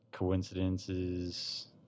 Coincidences